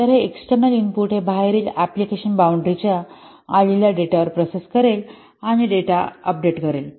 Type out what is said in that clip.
तर हे external input हे बाहेरील अँप्लिकेशन बॉउंडरी च्या आलेल्या डेटावर प्रोसेस करेल डेटा अपडेट करेल